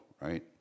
right